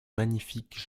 magnifiques